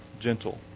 Gentle